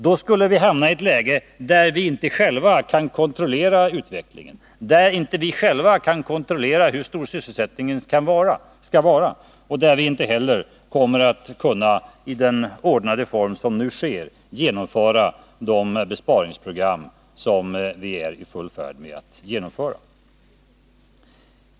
Då skulle vi hamna i ett läge där vi inte själva kan kontrollera utvecklingen, där vi inte själva kan kontrollera hur stor sysselsättningen skall vara och där vi inte heller kommer att kunna i samma ordnade form som nu genomföra de besparingsprogram som vi är i full färd med.